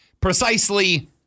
precisely